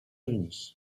unis